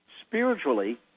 spiritually